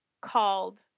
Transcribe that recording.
called